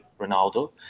Ronaldo